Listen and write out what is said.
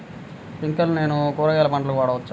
స్ప్రింక్లర్లను నేను కూరగాయల పంటలకు వాడవచ్చా?